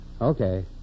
Okay